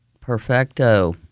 perfecto